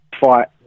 fight